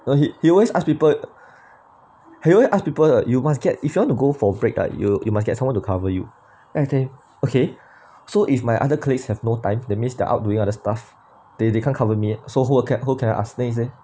you know he he always ask people he always ask people are you must get if you want to go for break ah you you must get someone to cover you as in okay so if my other colleagues have no time that means they're out doing other stuff they they can't cover me so who can I ask then he say